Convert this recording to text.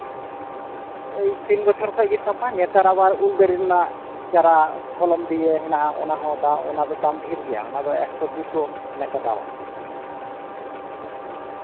ᱳᱭ ᱛᱤᱱ ᱵᱚᱪᱷᱚᱨ ᱠᱷᱚᱱ ᱜᱮᱭ ᱥᱟᱵᱟᱭ ᱱᱮᱛᱟᱨ ᱟᱵᱟᱨ ᱩᱞ ᱫᱟᱨᱮ ᱨᱮᱭᱟᱜ ᱪᱟᱨᱟ ᱠᱚᱞᱚᱢ ᱫᱤᱭᱮ ᱦᱮᱱᱟᱜᱼᱟ ᱚᱱᱟ ᱫᱚ ᱫᱟᱢ ᱰᱷᱮᱨ ᱜᱮᱭᱟ ᱚᱱᱟ ᱫᱚ ᱮᱠᱥᱚ ᱫᱩ ᱥᱚ ᱚᱱᱮ ᱚᱱᱠᱟ ᱫᱟᱢᱟ